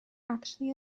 actually